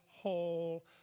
whole